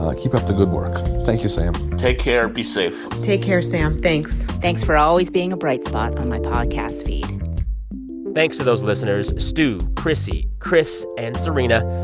ah keep up the good work. thank you, sam take care. be safe take care, sam. thanks thanks for always being a bright spot on my podcast feed thanks to those listeners stew, chrissy, chris and serena.